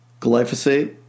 Glyphosate